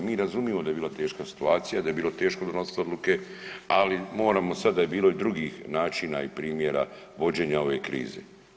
Mi razumijemo da je bila teška situacija, da je bilo teško donositi odluke, ali moramo sad da je bilo i drugih načina i primjera vođenja ove krize.